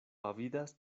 avidas